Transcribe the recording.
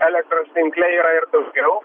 elektros tinkle yra ir daugiau